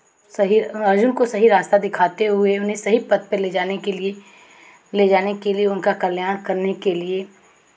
सही अर्जुन को सही रास्ता दिखाते हुए उन्हें सही पथ पे ले जाने के लिए ले जाने के लिए उनका कल्याण करने के लिए